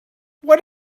what